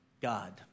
God